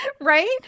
Right